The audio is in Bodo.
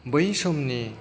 बै समनि